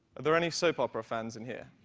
there any soap opera fans in here?